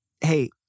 Hey